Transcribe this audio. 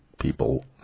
people